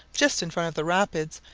just in front of the rapids,